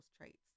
traits